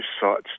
sites